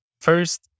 First